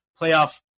playoff